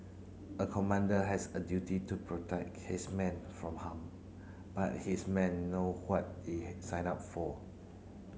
a commander has a duty to protect his men from harm but his men know what they signed up for